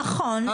נכון,